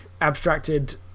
abstracted